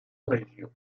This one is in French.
région